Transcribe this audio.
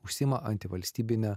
užsiima antivalstybine